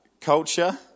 Culture